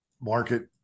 market